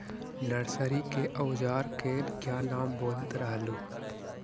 Nursery के ओजार के क्या नाम बोलत रहलू?